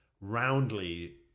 roundly